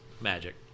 magic